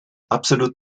absolut